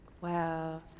Wow